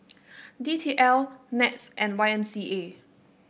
D T L NETS and Y M C A